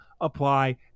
apply